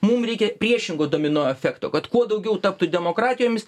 mum reikia priešingo domino efekto kad kuo daugiau taptų demokratijomis